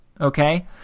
Okay